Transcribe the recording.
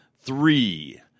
three